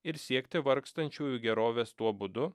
ir siekti vargstančiųjų gerovės tuo būdu